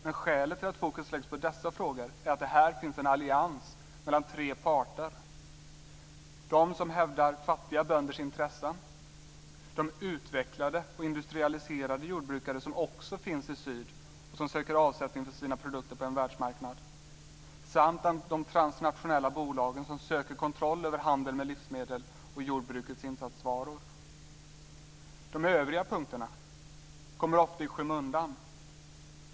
Men skälet till att fokus läggs på dessa frågor är att det här finns en allians mellan tre parter; de som hävdar fattiga bönders intressen, de "utvecklade" och "industrialiserade" jordbrukare som också finns i syd och som söker avsättning för sina produkter på en världsmarknad samt de transnationella bolagen som söker kontroll över handel med livsmedel och jordbrukets insatsvaror. De övriga punkterna kommer ofta i skymundan.